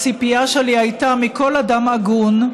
הציפייה שלי הייתה מכל אדם הגון,